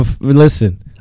listen